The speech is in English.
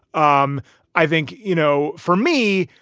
um i think, you know, for me,